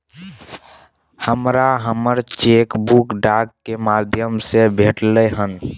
हमरा हमर cheque book डाक के माध्यम से भेटलय हन